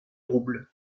roubles